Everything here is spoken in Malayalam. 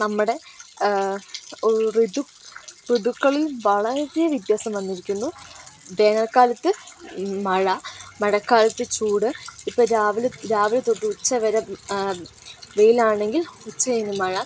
നമ്മുടെ ഋതു ഋതുക്കളിൽ വളരെ വ്യത്യാസം വന്നിരിക്കുന്നു വേനൽക്കാലത്ത് മഴ മഴക്കാലത്ത് ചൂട് ഇപ്പോൾ രാവിലെ രാവിലെ തൊട്ട് ഉച്ച വരെ വെയിൽ ആണെങ്കിൽ ഉച്ച കഴിഞ്ഞു മഴ